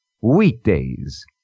weekdays